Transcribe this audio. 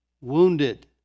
wounded